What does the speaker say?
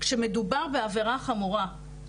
כשמדובר בעבירה חמורה.